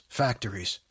factories